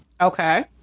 Okay